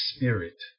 Spirit